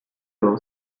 law